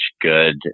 good